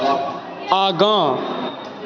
आगाँ